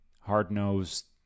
hard-nosed